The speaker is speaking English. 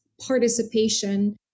participation